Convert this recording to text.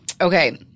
Okay